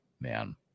man